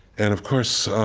and, of course,